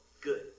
Good